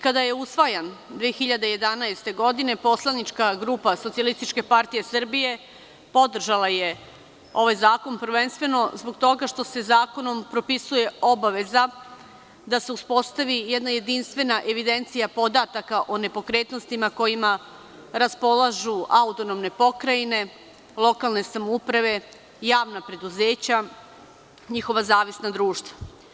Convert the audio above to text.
Kada je usvajan 2011. godine, poslanička grupa SPS podržala je ovaj zakon prvenstveno zbog toga što se zakonom propisuje obaveza da se uspostavi jedna jedinstvena evidencija podataka o nepokretnostima kojima raspolažu autonomne pokrajine, lokalne samouprave, javna preduzeća, njihova zavisna društva.